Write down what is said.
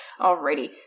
Alrighty